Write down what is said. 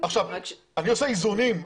אני עושה איזונים.